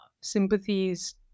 sympathies